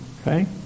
Okay